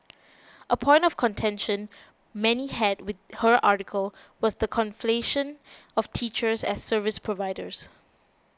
a point of contention many had with her article was the conflation of teachers as service providers